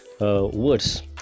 words